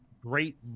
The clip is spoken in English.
great